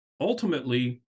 ultimately